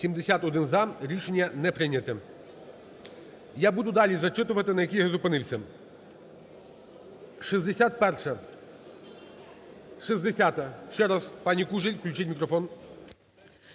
За-71 Рішення не прийняте. Я буду далі зачитувати на яких я зупинився. 61-а. 60-а. Ще раз пані Кужель включіть мікрофон.